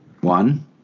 One